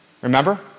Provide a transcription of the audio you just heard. Remember